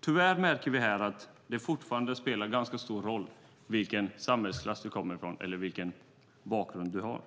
Tyvärr märker vi här att det fortfarande spelar ganska stor roll vilken samhällsklass du kommer ifrån eller vilken bakgrund du har.